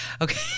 Okay